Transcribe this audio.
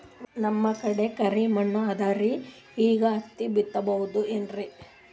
ನಮ್ ಕಡೆ ಕರಿ ಮಣ್ಣು ಅದರಿ, ಈಗ ಹತ್ತಿ ಬಿತ್ತಬಹುದು ಏನ್ರೀ?